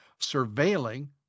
surveilling